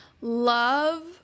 Love